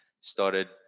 started